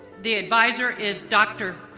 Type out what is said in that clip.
the advisor is dr.